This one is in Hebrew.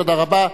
תודה רבה.